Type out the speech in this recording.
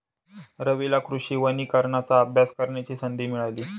रवीला कृषी वनीकरणाचा अभ्यास करण्याची संधी मिळाली